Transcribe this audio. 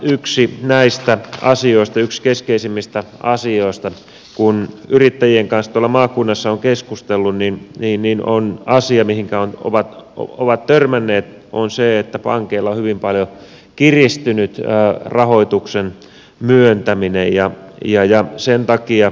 yksi näistä asioista yksi keskeisimmistä asioista kun yrittäjien kanssa tuolla maakunnassa on keskustellut asia mihinkä he ovat törmänneet on se että pankeilla on hyvin paljon kiristynyt rahoituksen myöntäminen ja pia ja sen takia